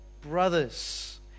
brothers